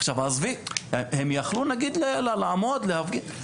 עכשיו, עזבי, הם יכלו, נגיד, לעמוד, להפגין.